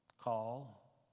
Call